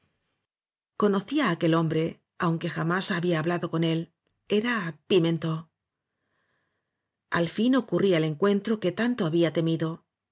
aquel hombre aunque jamás había hablado con él era pimentó al fin ocurría el encuentro que tanto había temido